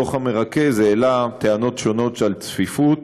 הדוח המרכז העלה טענות שונות של צפיפות,